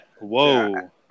whoa